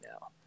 now